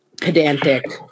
pedantic